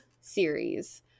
series